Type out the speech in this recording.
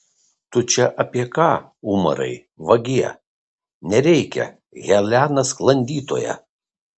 tu čia apie ką umarai vagie nereikia helena sklandytoja